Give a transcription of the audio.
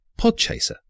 Podchaser